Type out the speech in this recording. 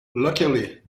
luckily